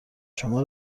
شما